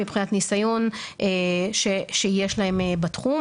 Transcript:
מבחינת ניסיון שיש להם בתחום.